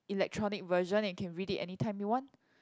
electronic version and you can read it anytime you want